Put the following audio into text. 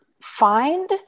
find